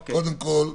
קודם כל,